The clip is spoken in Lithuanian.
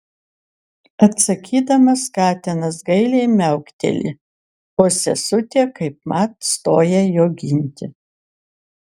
atsakydamas katinas gailiai miaukteli o sesutė kaipmat stoja jo ginti